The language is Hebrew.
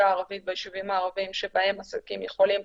הערבית ביישובים הערביים שבהם עסקים יכולים